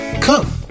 Come